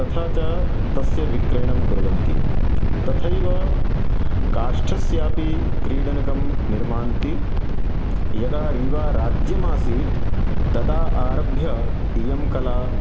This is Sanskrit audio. तथा च तस्य विक्रयणं कुर्वन्ति तथैव काष्ठस्यापि क्रीडनकं निर्मान्ति यदा रीवा राज्यमासीत् तदा आरभ्य इयं कला